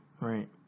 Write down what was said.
right